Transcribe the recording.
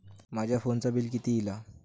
माझ्या फोनचा बिल किती इला?